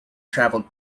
traveled